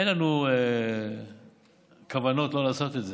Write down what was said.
אין לנו כוונות לא לעשות את זה.